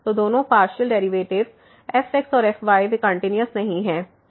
तो दोनों partial derivatives fxऔर fy वे कंटिन्यूस नहीं हैं